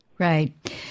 Right